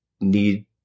need